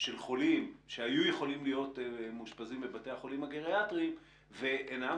של חולים שהיו יכולים להיות מאושפזים בבתי החולים הגריאטריים ואינם.